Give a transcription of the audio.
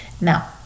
now